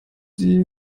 die